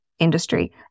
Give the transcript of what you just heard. Industry